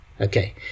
Okay